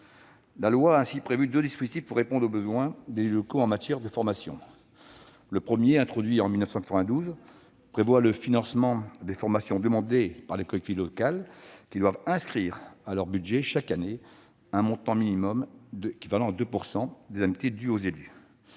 La loi a ainsi prévu deux dispositifs pour répondre aux besoins des élus locaux en matière de formation. Le premier, introduit en 1992, prévoit le financement des formations demandées par les collectivités territoriales, qui doivent inscrire à leur budget chaque année un montant minimum équivalent à 2 % des indemnités dues aux élus.